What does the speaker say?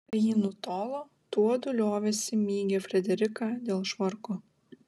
kai ji nutolo tuodu liovėsi mygę frideriką dėl švarko